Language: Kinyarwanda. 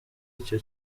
icyo